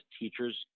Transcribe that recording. teachers